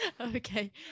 Okay